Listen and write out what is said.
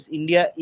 India